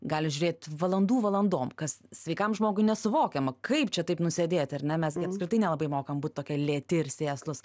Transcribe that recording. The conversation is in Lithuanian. gali žiūrėt valandų valandom kas sveikam žmogui nesuvokiama kaip čia taip nusėdėti ar ne mes gi apskritai nelabai mokam būt tokie lėti ir sėslūs